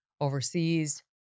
overseas